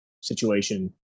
situation